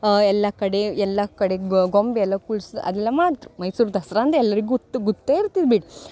ಎಲ್ಲ ಕಡೆ ಎಲ್ಲ ಕಡೆ ಗೊಂಬೆ ಎಲ್ಲ ಕುಳ್ಸ್ ಅದೆಲ್ಲ ಮಾಡ್ತ್ರು ಮೈಸೂರು ದಸರಾ ಅಂದರೆ ಎಲ್ಲರಿಗೆ ಗುತ್ ಗೊತ್ತೇ ಇರ್ತದೆ ಬಿಡಿ